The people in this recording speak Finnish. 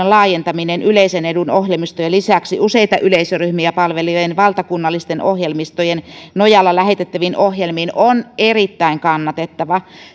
laajentaminen yleisen edun ohjelmistojen lisäksi useita yleisöryhmiä palvelevien valtakunnallisten ohjelmistojen nojalla lähetettäviin ohjelmiin on erittäin kannatettavaa